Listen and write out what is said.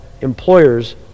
employers